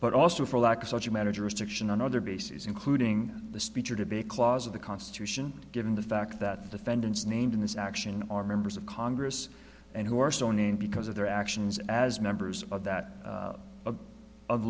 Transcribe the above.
but also for lack of such a manager restriction on other bases including the speech or debate clause of the constitution given the fact that the fenton's named in this action are members of congress and who are so named because of their actions as members of that